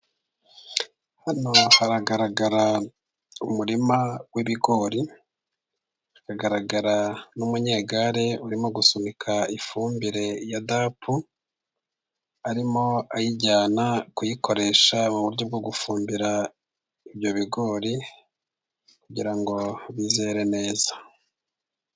Hano haragaragara umurima w'ibigori, hakagaragara n'umunyegare urimo gusunika ifumbire ya dapu, arimo ayijyana kuyikoresha mu buryo bwo gufumbira ibyo bigori kugira ngo bizere neza.